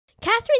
Catherine